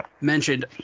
mentioned